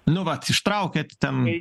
nu vat ištraukėt ten